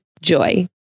Joy